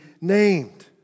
named